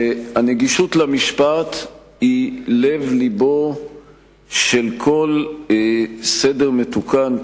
הנגישות של המשפט היא לב לבו של כל סדר מתוקן,